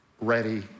ready